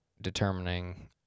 Determining